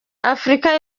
afurika